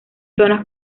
zonas